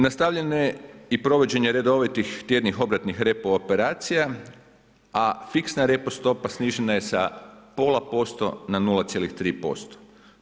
Nastavljene i provođenje redovitih tjednih obratnih REPO operacija, a fiksna repo stopa snižena je sa pola posto na 0,3%